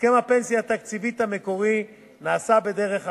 הסכם הפנסיה התקציבית המקורי נעשה בדרך אחרת,